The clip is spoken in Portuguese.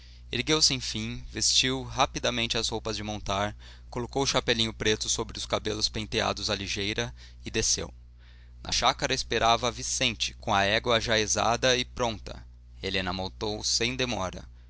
e triste ergueu-se enfim vestiu rapidamente as roupas de montar colocou o chapelinho preto sobre os cabelos penteados à ligeira e desceu na chácara esperava-a vicente com a égua ajaezada e pronta helena montou sem demora